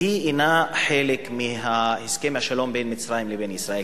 אינה חלק מהסכם השלום בין מצרים לבין ישראל